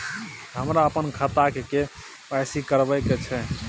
हमरा अपन खाता के के.वाई.सी करबैक छै